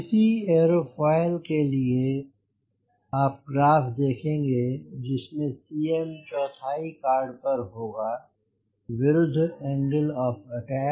किसी एयरोफॉयल के लिए आप ग्राफ देखेंगे जिसमे Cm चौथाई कॉर्ड पर होगा विरुद्ध एंगल ऑफ़ अटैक